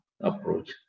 approach